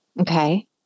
Okay